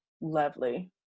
lovely